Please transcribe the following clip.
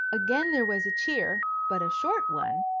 again there was a cheer, but a short one,